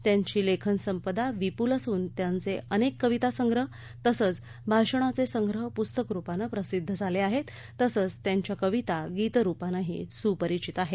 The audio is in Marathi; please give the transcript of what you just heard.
त्यांची लेखन संपदा विपूल असून त्यांचे अनेक कवितासंग्रह तसंच भाषणाचे संग्रह पुस्तकरुपानं प्रसिद्ध झाले आहेत तसंच त्यांच्या कविता गीतरुपानेही सुपरिचित आहेत